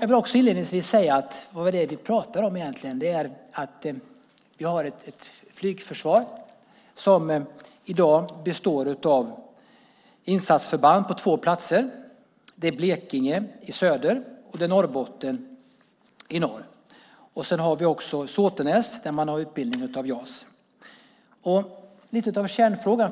Vad vi egentligen pratar om är att vi har ett flygförsvar som i dag består av insatsförband på två platser, Blekinge i söder och Norrbotten i norr. Sedan har vi Såtenäs där man har utbildning när det gäller JAS. Fru talman! Lite av kärnfrågan,